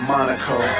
Monaco